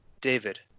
David